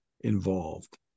involved